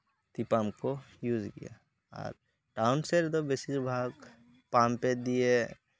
ᱛᱤ ᱯᱟᱢᱯ ᱠᱚ ᱤᱭᱩᱥ ᱜᱮᱭᱟ ᱟᱨ ᱴᱟᱣᱩᱱ ᱥᱮᱫ ᱨᱮᱫᱚ ᱵᱮᱥᱤᱨ ᱵᱷᱟᱜᱽ ᱯᱟᱢᱯᱮ ᱫᱤᱭᱮ